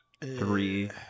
Three